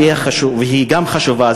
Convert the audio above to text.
והיא גם חשובה,